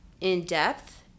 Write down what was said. in-depth